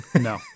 No